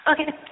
Okay